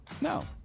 No